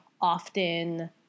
often